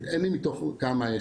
אין לי מתוך כמה,